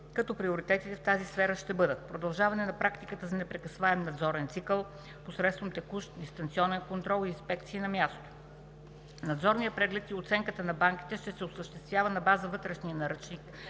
като приоритетите в тази сфера ще бъдат: - продължаване практиката на непрекъсваем надзорен цикъл посредством текущ дистанционен контрол и инспекции на място; - надзорният преглед и оценка на банките ще се осъществява на база вътрешния наръчник